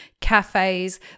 cafes